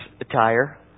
attire